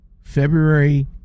february